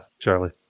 Charlie